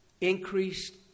increased